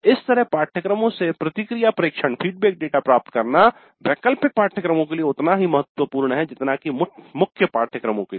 इस तरह पाठ्यक्रमों से प्रतिक्रिया प्रेक्षण फीडबैक डेटा प्राप्त करना वैकल्पिक पाठ्यक्रमों के लिए उतना ही महत्वपूर्ण है जितना कि मुख्य पाठ्यक्रमों के लिए